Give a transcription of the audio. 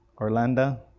Orlando